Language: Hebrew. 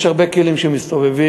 יש הרבה כלים שמסתובבים,